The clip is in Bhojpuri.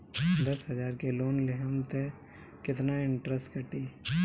दस हजार के लोन लेहम त कितना इनट्रेस कटी?